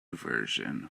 version